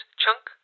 Chunk